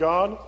God